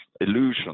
illusion